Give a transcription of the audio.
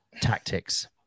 tactics